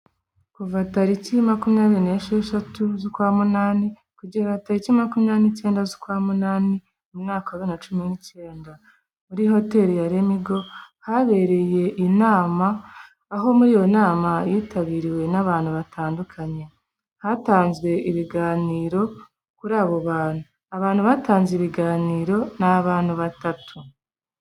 Kuva tariki ya makumyabiri n'esheshatu z'ukwa munani kugera tariki makumyabiri n'icyenda z'ukwa munani, mu mwaka wa bibiro na cumi n'icyenda. Muri hoteli ya Remigo habereye inama, aho muri iyo nama yitabiriwe n'abantu batandukanye. Hatanzwe ibiganiro kuri abo bantu. Abantu batanze ibiganiro ni abantu batatu.